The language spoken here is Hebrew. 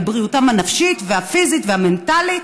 בבריאותם הנפשית והפיזית והמנטלית.